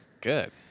Good